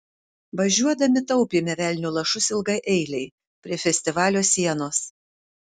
važiuodami taupėme velnio lašus ilgai eilei prie festivalio sienos